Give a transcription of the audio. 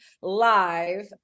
live